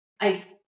Ice